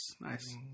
Nice